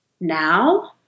Now